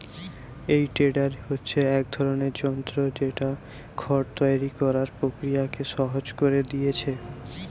এই টেডার হচ্ছে এক ধরনের যন্ত্র যেটা খড় তৈরি কোরার প্রক্রিয়াকে সহজ কোরে দিয়েছে